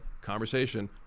conversation